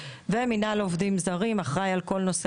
מנהל עובדים זרים אחראי על כל נושא